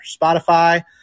Spotify